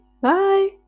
Bye